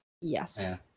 Yes